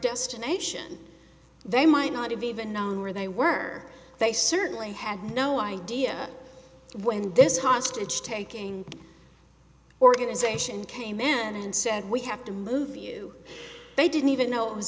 destination they might not have even known where they were they certainly had no idea when this hostage taking organization kamen and said we have to move you they didn't even know it was